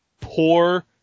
poor